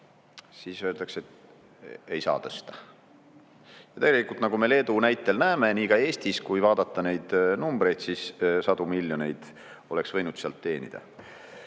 siis öeldakse, et ei saa tõsta. Tegelikult, nagu me Leedu näitel näeme, siis ka Eestis, kui vaadata neid numbreid, sadu miljoneid oleks võinud sealt teenida. Veidi